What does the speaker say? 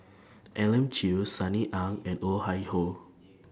Elim Chew Sunny Ang and Oh Chai Hoo